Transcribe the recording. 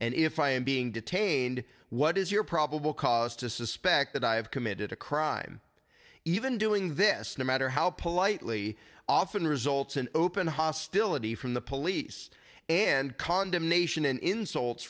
and if i am being detained what is your probable cause to suspect that i have committed a crime even doing this no matter how politely often results in open hostility from the police and condemnation and insults